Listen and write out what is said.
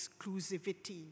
exclusivity